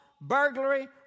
Burglary